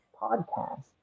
podcast